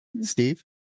Steve